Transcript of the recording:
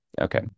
okay